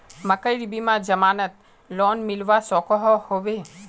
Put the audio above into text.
मकईर बिना जमानत लोन मिलवा सकोहो होबे?